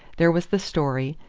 there was the story,